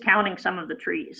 counting some of the trees